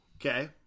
Okay